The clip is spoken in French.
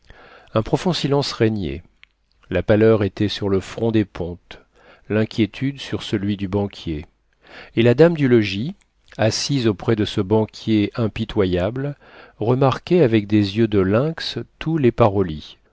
un profond silence régnait la pâleur était sur le front des pontes l'inquiétude sur celui du banquier et la dame du logis assise auprès de ce banquier impitoyable remarquait avec des yeux de lynx tous les parolis